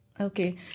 Okay